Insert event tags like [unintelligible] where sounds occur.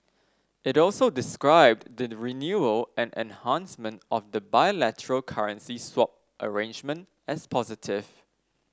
it also described [unintelligible] the renewal and enhancement of the bilateral currency swap arrangement as positive